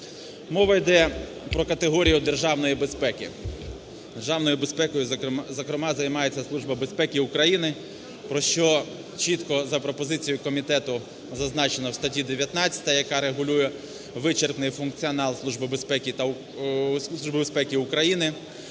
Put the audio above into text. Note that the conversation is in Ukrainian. Мова йде про категорію державної безпеки. Державною безпекою, зокрема, займається Служба безпеки України, про що чітко, за пропозицією комітету, зазначено в статті 19, яка регулює вичерпний функціонал Служби безпеки України.